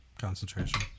Concentration